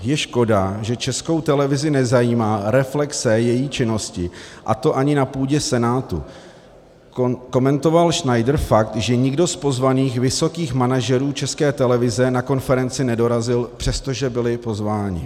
Je škoda, že Českou televizi nezajímá reflexe její činnosti, a to ani na půdě Senátu komentoval Schneider fakt, že nikdo z pozvaných vysokých manažerů České televize na konferenci nedorazil, přestože byli pozváni.